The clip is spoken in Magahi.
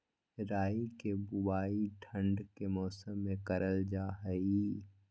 राई के बुवाई ठण्ड के मौसम में करल जा हइ